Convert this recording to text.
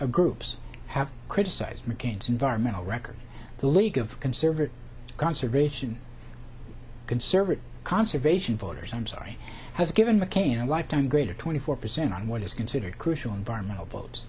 of groups have criticized mccain's environmental record the league of conservative conservation conservative conservation voters i'm sorry has given mccain a lifetime greater twenty four percent on what is considered a crucial environmental